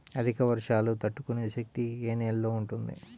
అధిక వర్షాలు తట్టుకునే శక్తి ఏ నేలలో ఉంటుంది?